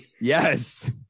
Yes